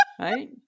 Right